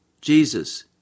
Jesus